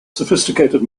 sophisticated